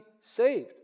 saved